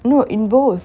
no in both